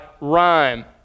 rhyme